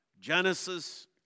Genesis